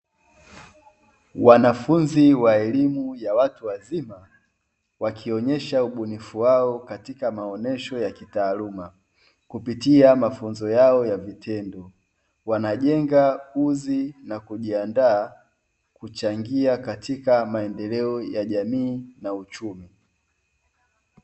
Wanafunzi wa elimu ya watu wazima wakionyesha ubunifu wao katika maonesho ya kitaaluma kupitia mafunzo yao ya vitendo. Wanajenga ujuzi na kujiandaa kuchangia katika maendeleo ya jamii na uchumi.